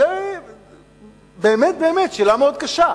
זו באמת שאלה קשה מאוד.